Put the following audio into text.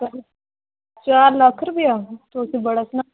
चार लक्ख रपेआ तुस बड़ा सना दे